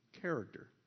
character